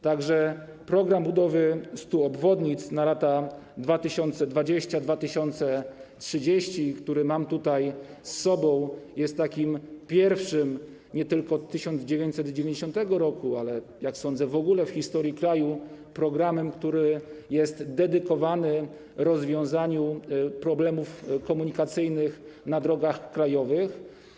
Tak że „Program budowy 100 obwodnic na lata 2020-2030”, który mam tutaj ze sobą, jest takim pierwszym - nie tylko od 1990 r., ale jak sądzę, w ogóle w historii kraju - programem, który jest dedykowany rozwiązaniu problemów komunikacyjnych na drogach krajowych.